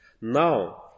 Now